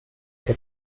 que